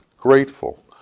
grateful